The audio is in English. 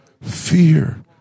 fear